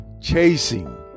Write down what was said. chasing